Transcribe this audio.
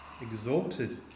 exalted